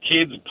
kids